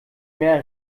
mehr